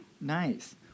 Nice